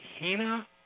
Hina